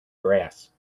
grass